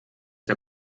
der